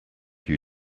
you